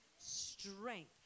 strength